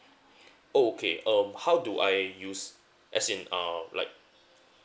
oh okay um how do I use as in ah like